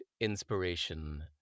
inspiration